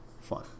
fun